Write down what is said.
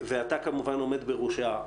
ואתה כמובן עומד בראשה.